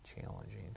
challenging